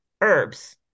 herbs